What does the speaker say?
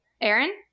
Aaron